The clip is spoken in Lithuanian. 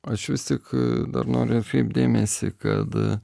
aš vis tik dar noriu atkreipt dėmesį kad